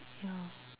ya